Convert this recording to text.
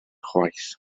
chwaith